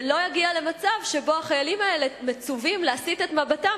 ולא יגיע למצב שבו החיילים האלה מצווים להסיט את מבטם,